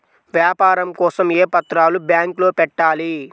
వ్యాపారం కోసం ఏ పత్రాలు బ్యాంక్లో పెట్టాలి?